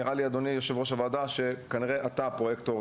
אז כנראה שאתה הפרויקטור,